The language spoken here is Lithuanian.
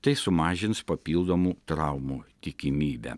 tai sumažins papildomų traumų tikimybę